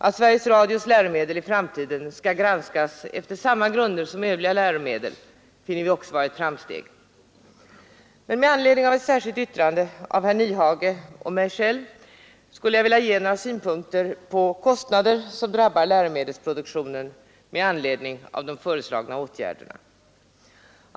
Att Sveriges Radios läromedel i framtiden skall granskas efter samma grunder som övriga läromedel finner vi också vara ett framsteg. Med anledning av ett särskilt yttrande av herr Nyhage och mig själv skulle jag vilja anföra några synpunkter på kostnader som drabbar läromedelsproduktionen på grund av de föreslagna åtgärderna.